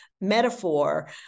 metaphor